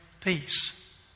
peace